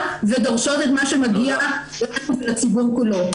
ודורשות את מה שמגיע לנו ולציבור כולו.